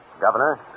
Governor